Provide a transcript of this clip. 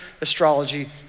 astrology